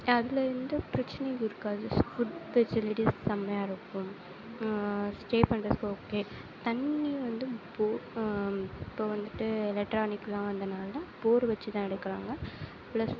அங்கே எந்த பிரச்சனையும் இருக்காது ஃபுட் ஃபெசிலிட்டிஸ் செம்மையாக இருக்கும் ஸ்டே பண்றதுக்கு ஓகே தண்ணி வந்து இப்போது இப்போ வந்துட்டு எலக்ட்ரானிக்லாம் வந்தனால் போரு வெச்சு தான் எடுக்கிறாங்க ப்ளஸ்